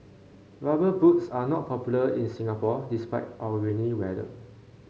rubber boots are not popular in Singapore despite our rainy weather